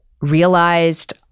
realized